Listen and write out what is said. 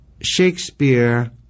Shakespeare